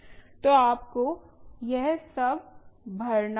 तो आपको यह सब भरना होगा